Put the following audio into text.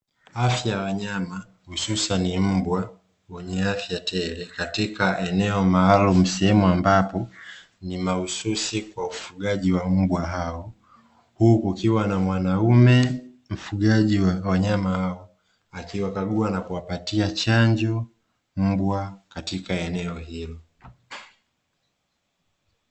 Afya ya wanyama hususan mbwa wenye afya tele, katika eneo maalumu sehemu ambapo ni mahususi kwa ufugaji wa mbwa hao. Huku kukiwa na mwanamume mfugaji wa wanyama hao, akiwakagua na kuwapatia chanjo mbwa katika eneo hilo.